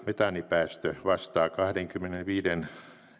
metaanipäästö vastaa kahdenkymmenenviiden